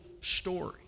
story